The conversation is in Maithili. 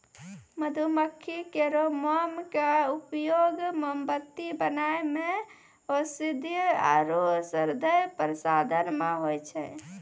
मधुमक्खी केरो मोम क उपयोग मोमबत्ती बनाय म औषधीय आरु सौंदर्य प्रसाधन म होय छै